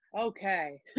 okay